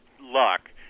luck